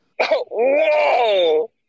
Whoa